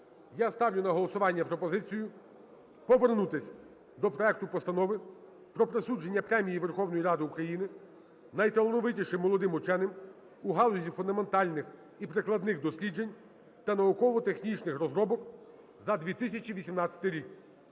Я ставлю на голосування пропозицію повернутися до проекту Постанови про присудження Премії Верховної Ради України найталановитішим молодим ученим у галузі фундаментальних і прикладних досліджень та науково-технічних розробок за 2018 рік